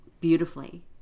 beautifully